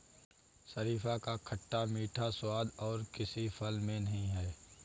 शरीफा का खट्टा मीठा स्वाद और किसी फल में नही है